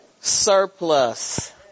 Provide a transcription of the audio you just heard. Surplus